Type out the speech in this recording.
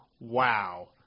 wow